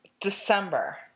December